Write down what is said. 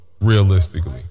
Realistically